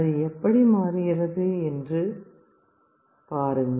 அது எப்படி மாறுகிறது என்று பாருங்கள்